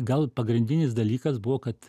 gal pagrindinis dalykas buvo kad